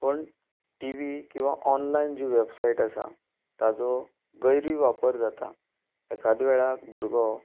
पण टिवी किंवां ऑनलायन जी वेबसायट आसा ताजो गैरी वापर जाता एखादे वेळाक भुरगो